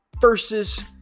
versus